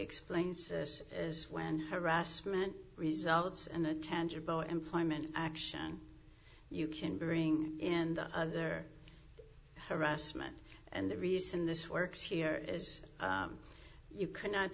explains this is when harassment results and a tangible employment action you can bring in their harassment and the reason this works here is you cannot